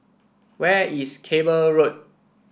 where is Cable Road